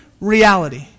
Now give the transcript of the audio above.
reality